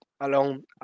alone